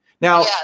Now